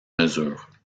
mesures